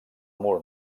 mur